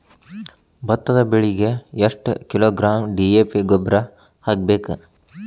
ಭತ್ತದ ಬೆಳಿಗೆ ಎಷ್ಟ ಕಿಲೋಗ್ರಾಂ ಡಿ.ಎ.ಪಿ ಗೊಬ್ಬರ ಹಾಕ್ಬೇಕ?